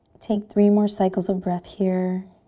take three more cycles of breath here.